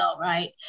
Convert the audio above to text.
right